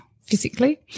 physically